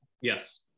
Yes